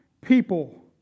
people